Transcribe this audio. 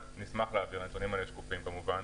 אנחנו נשמח להעביר, הנתונים הללו שקופים, כמובן.